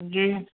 جی